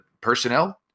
personnel